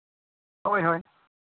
ᱦᱳᱭ ᱦᱳᱭ